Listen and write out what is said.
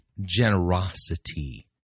generosity